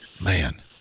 Man